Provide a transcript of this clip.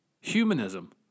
Humanism